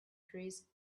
trees